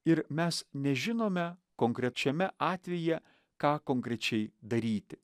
ir mes nežinome konkrečiame atvejyje ką konkrečiai daryti